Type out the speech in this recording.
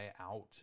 out